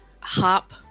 hop